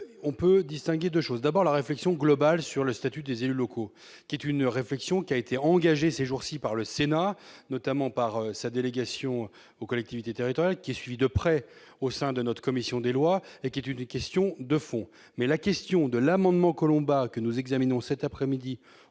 on peut distinguer 2 choses : d'abord la réflexion globale sur le statut des élus locaux, qui est une réflexion qui a été engagé ces jours-ci par le Sénat, notamment par sa délégation aux collectivités territoriales qui est suivie de près au sein de notre commission des lois et qui est une question de fond, mais la question de l'amendement Colomba que nous examinons cet après-midi,